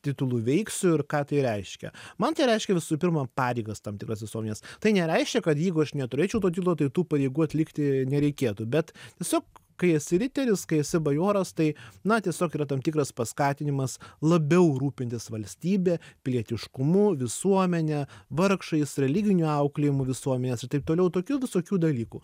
titulu veiksiu ir ką tai reiškia man tai reiškia visų pirma pareigas tam tikras visuomenės tai nereiškia kad jeigu aš neturėčiau to titulo tai tų pareigų atlikti nereikėtų bet tiesiog kai esi riteris kai esi bajoras tai na tiesiog yra tam tikras paskatinimas labiau rūpintis valstybe pilietiškumu visuomene vargšais religiniu auklėjimu visuomenės ir taip toliau tokių visokių dalykų